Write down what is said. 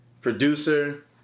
producer